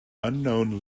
unknown